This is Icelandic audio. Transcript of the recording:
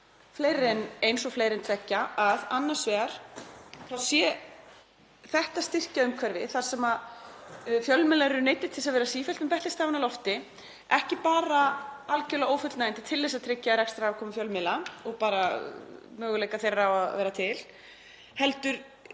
fleiri en eins og fleiri en tveggja, að annars vegar sé þetta styrkjaumhverfi, þar sem fjölmiðlar eru neyddir til að vera sífellt með betlistafinn á lofti, ekki bara algerlega ófullnægjandi til að tryggja rekstrarafkomu fjölmiðla og bara möguleika þeirra á að vera til heldur